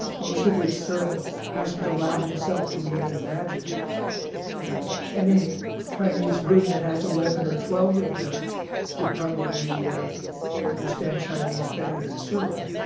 most of which searle hasn't allowed himself to even imagine and any chinese room that has eleven or twelve of them would probably understand chinese better than searle,